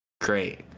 Great